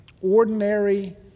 ordinary